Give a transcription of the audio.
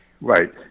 Right